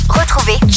retrouvez